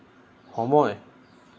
সময়